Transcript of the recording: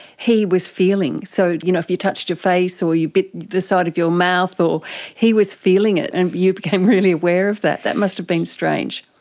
he was feeling. so you know if you touched your face or you bit the side of your mouth, he was feeling it, and you became really aware of that. that must have been strange.